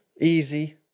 easy